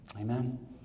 amen